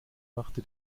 machte